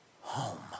home